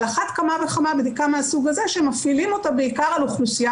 על אחת כמה וכמה בדיקה מהסוג הזה שמפעילים אותה בעיקר על אוכלוסייה